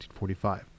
1945